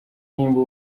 nimba